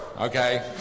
okay